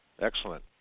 excellent